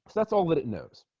that's all that it knows